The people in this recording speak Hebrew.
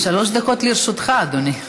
שלוש דקות לרשותך, אדוני.